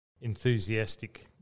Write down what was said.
enthusiastic